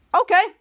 okay